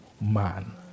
man